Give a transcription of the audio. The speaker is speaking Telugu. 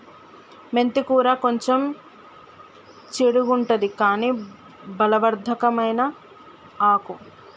మెంతి కూర కొంచెం చెడుగుంటది కని బలవర్ధకమైన ఆకు